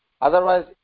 Otherwise